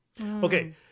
Okay